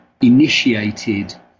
initiated